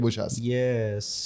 Yes